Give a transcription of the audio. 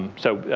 so